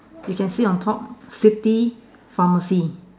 we can see on top city pharmacy